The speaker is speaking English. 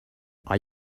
are